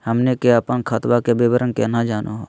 हमनी के अपन खतवा के विवरण केना जानहु हो?